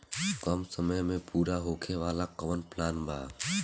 कम समय में पूरा होखे वाला कवन प्लान बा?